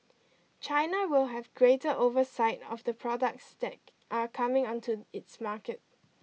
China will have greater oversight of the products that are coming onto its market